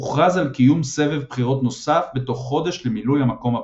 הוכרז על קיום סבב בחירות נוסף בתוך חודש למילוי המקום הפנוי.